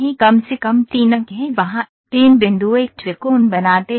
कम से कम तीन अंक हैं वहाँ तीन बिंदु एक त्रिकोण बनाते हैं